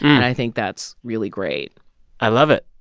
and i think that's really great i love it.